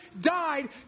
died